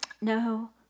No